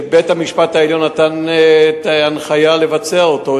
שבית-המשפט העליון נתן את ההנחיה לבצע אותו,